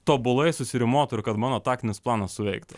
tobulai susirimuotų ir kad mano taktinis planas suveiktų